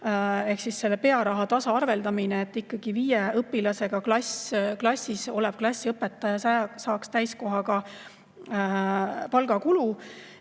toetus ehk pearaha tasaarveldamine, et ikkagi viie õpilasega klassis olev klassiõpetaja saaks täiskohaga palgakulu.